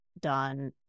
done